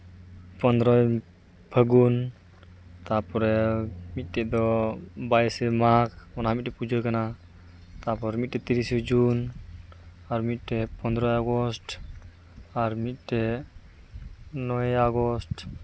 ᱯᱚᱸᱫᱽᱨᱚᱭ ᱯᱷᱟᱜᱩᱱ ᱛᱟᱯᱚᱨᱮ ᱢᱤᱫᱴᱮᱱ ᱫᱚ ᱵᱟᱭᱤᱥᱮ ᱢᱟᱜᱽ ᱚᱱᱟ ᱢᱤᱫᱴᱮᱱ ᱯᱩᱡᱟᱹ ᱠᱟᱱᱟ ᱛᱟᱯᱚᱨ ᱢᱤᱫᱴᱤᱱ ᱛᱤᱨᱤᱥᱮ ᱡᱩᱱ ᱟᱨ ᱢᱤᱫᱴᱮᱱ ᱯᱚᱸᱫᱽᱨᱚᱭ ᱟᱜᱚᱥᱴ ᱟᱨ ᱢᱤᱫᱴᱮᱱ ᱱᱚᱭᱮ ᱟᱜᱚᱥᱴ